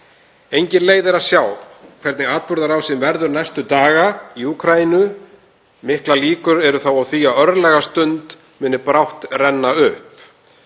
Engin leið er að sjá hvernig atburðarásin verður næstu daga í Úkraínu. Miklar líkur eru þó á því að örlagastund muni brátt renna upp.